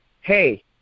hey